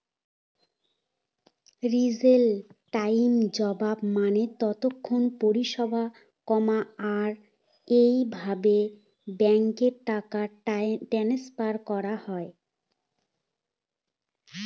real time job মানে তৎক্ষণাৎ পরিষেবা, আর এভাবে ব্যাঙ্কে টাকা ট্রান্সফার করা হয়